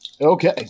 Okay